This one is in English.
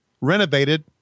renovated